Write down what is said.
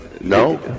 No